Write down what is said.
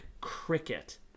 cricket